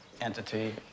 entity